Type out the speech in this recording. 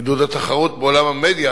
עידוד התחרות בעולם המדיה